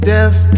Death